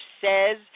says